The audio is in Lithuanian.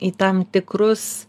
į tam tikrus